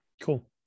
Cool